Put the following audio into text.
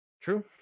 True